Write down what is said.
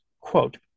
Quote